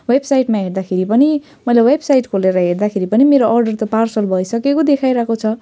वेबसाइटमा हेर्दाखेरि पनि मैले वेबसाइट खोलेर हेर्दाखेरि पनि मेरो अर्डर त पार्सल भइसकेको देखाइरहेको छ